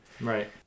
Right